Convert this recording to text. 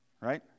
Right